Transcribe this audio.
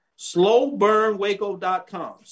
Slowburnwaco.com